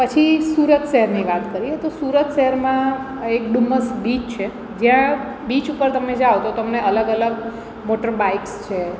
પછી સુરત શહેરની વાત કરીએ તો સુરત શહેરમાં એક ડુમસ બીચ છે જ્યાં બીચ ઉપર તમે જાઓ તો તમને અલગ અલગ મોટરબાઈક્સ છે